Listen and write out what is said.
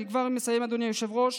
אני כבר מסיים, אדוני היושב-ראש.